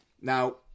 Now